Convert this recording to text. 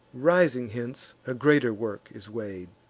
rising hence, a greater work is weigh'd.